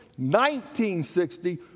1960